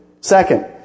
Second